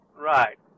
Right